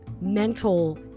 mental